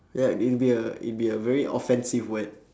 ya it'll be a it'll be a very offensive word